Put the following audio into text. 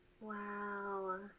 Wow